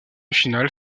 finale